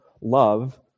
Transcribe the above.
love